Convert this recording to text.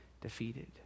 defeated